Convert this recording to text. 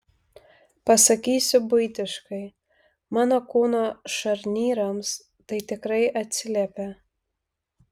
pasakysiu buitiškai mano kūno šarnyrams tai tikrai atsiliepia